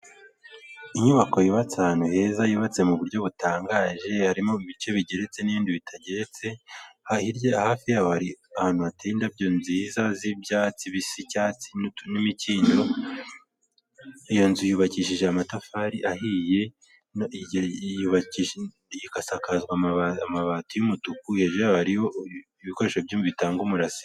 Inyubako yubatse ahantu heza yubatse mu buryo butangaje harimo ibice bigeretse n'ibindi bitageretse hirya hafi hari ahantu hateye indabyo nziza z'ibyatsi bisa icyatsi n'imikindo iyo nzu yubakishije amatafari ahiye igasakaza amabati y'umutuku hejuru hari ibikoresho bitanga umurasire.